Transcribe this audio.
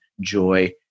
joy